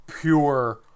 pure